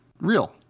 real